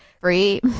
free